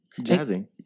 Jazzy